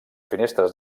finestres